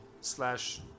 slash